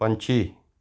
ਪੰਛੀ